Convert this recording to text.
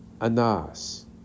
Anas